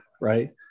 right